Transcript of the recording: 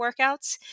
workouts